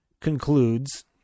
concludes